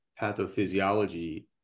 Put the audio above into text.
pathophysiology